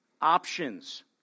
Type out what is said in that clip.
options